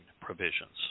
provisions